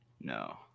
no